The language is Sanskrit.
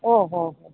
ओ हो हो